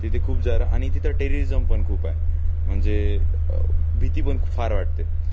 तिथे खूप जरा आणि तिथं टेररिजम पण खूप आहे म्हणजे भीती पण फार वाटते